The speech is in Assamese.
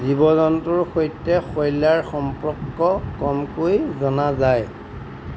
জীৱ জন্তুৰ সৈতে শৈলাইৰ সম্পৰ্ক কমকৈ জনা যায়